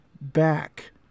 back